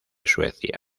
suecia